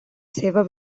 seva